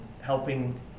helping